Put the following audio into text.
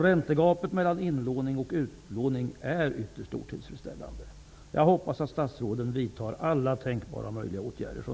Räntegapet mellan inlåning och utlåning är ytterst otillfredsställande. Jag hoppas att statsrådet vidtar alla tänkbara åtgärder.